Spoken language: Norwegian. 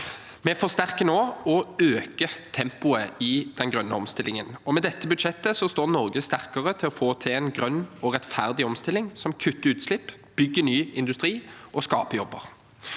Vi forsterker og øker nå tempoet i den grønne omstillingen. Med dette budsjettet står Norge sterkere når det gjelder å få til en grønn og rettferdig omstilling som kutter utslipp, bygger ny industri og skaper jobber.